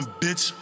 bitch